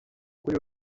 kuri